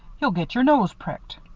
you'll get your nose pricked!